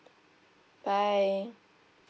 bye